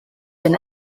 been